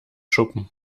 schuppen